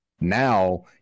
now